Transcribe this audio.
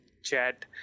Chat